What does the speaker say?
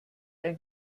ein